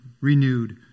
renewed